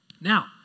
Now